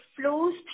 flows